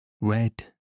red